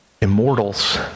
immortals